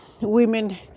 women